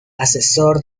asesor